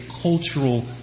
cultural